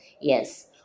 Yes